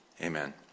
Amen